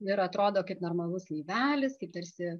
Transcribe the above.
ir atrodo kaip normalus laivelis kaip tarsi